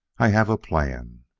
i have a plan.